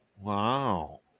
wow